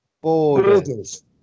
Borders